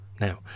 Now